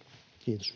— Kiitos.